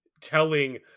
telling